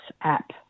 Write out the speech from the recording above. app